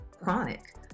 chronic